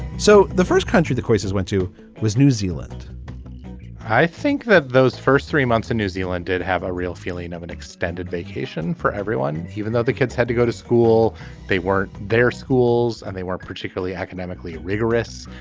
so the first country the cases went to was new zealand i think that those first three months in new zealand did have a real feeling of an extended vacation for everyone even though the kids had to go to school they weren't their schools and they weren't particularly academically rigorous.